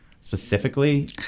specifically